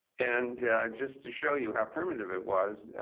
and just to show you how primitive it was,